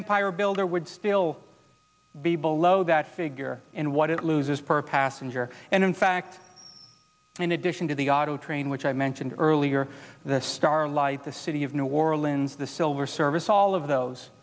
empire builder would still be below that figure and what it loses per passenger and in fact in addition to the auto train which i mentioned earlier the starlight the city of new orleans the silver service all of those